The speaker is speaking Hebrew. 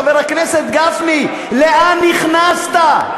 חבר הכנסת גפני, לאן נכנסת?